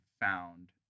found